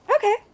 Okay